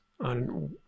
on